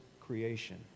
creation